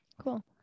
cool